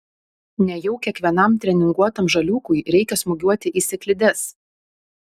nejau kiekvienam treninguotam žaliūkui reikia smūgiuoti į sėklides